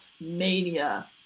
mania